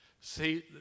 See